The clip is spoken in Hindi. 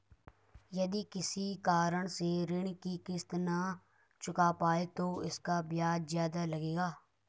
यदि किसी कारण से ऋण की किश्त न चुका पाये तो इसका ब्याज ज़्यादा लगेगा?